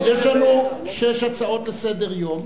יש לנו שש הצעות לסדר-היום,